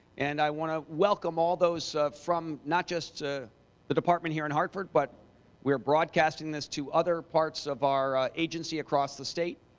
and i want to welcome all those from not just the department here in hartford, but we're broadcasting this to other parts of our agency across the state.